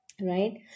right